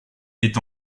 est